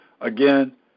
Again